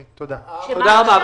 תודה רבה.